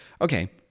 Okay